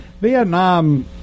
vietnam